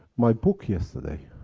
my book yesterday.